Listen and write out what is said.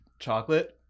chocolate